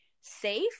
safe